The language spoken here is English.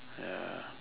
ya